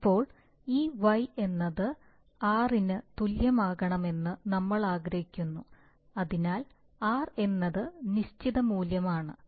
ഇപ്പോൾ ഈ y എന്നത് r യ്ക്ക് തുല്യമായിരിക്കണമെന്ന് നമ്മൾ ആഗ്രഹിക്കുന്നു അതിനാൽ r എന്നത് നിശ്ചിത മൂല്യങ്ങളാണ്